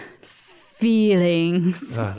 Feelings